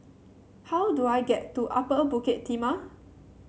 how do I get to Upper Bukit Timah